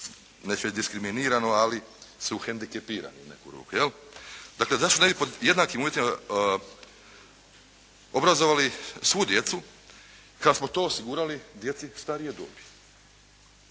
neću reći diskriminirano, ali su hendikepirani u neku ruku. Dakle, zašto ne bi pod jednakim uvjetima obrazovali svu djecu, kad smo to osigurali djeci starije dobi?